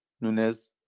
Nunes